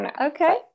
Okay